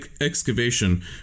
excavation